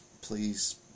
please